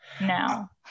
now